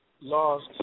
Lost